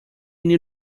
knew